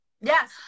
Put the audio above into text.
Yes